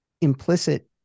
implicit